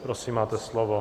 Prosím, máte slovo.